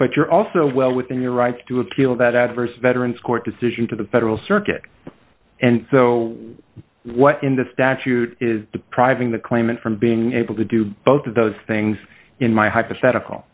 but you're also well within your rights to appeal that adverse veterans court decision to the federal circuit and so what in the statute is depriving the claimant from being able to do both of those things in my hypothetical